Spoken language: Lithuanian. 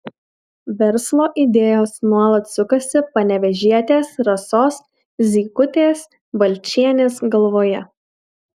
verslo idėjos nuolat sukasi panevėžietės rasos zykutės balčienės galvoje